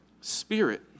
Spirit